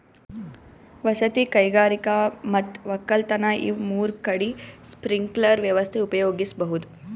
ವಸತಿ ಕೈಗಾರಿಕಾ ಮತ್ ವಕ್ಕಲತನ್ ಇವ್ ಮೂರ್ ಕಡಿ ಸ್ಪ್ರಿಂಕ್ಲರ್ ವ್ಯವಸ್ಥೆ ಉಪಯೋಗಿಸ್ಬಹುದ್